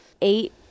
eight